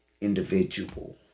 individual